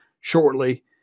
shortly